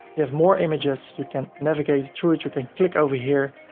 have more images, you can navigate through it. you can click over here,